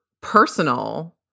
personal